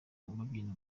babyina